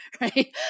right